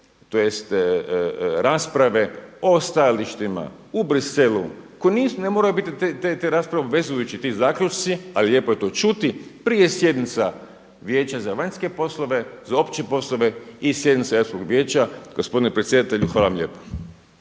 tj. rasprave o stajalištima u Bruxellesu, ne moraju biti te rasprave obvezujuće, ti zaključci, ali lijepo je to čuti, prije sjednica Vijeća za vanjske poslove, za opće poslove i sjednice Europskog vijeća. Gospodine predsjedatelju hvala vam lijepo.